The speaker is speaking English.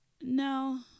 No